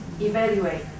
evaluate